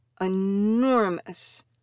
enormous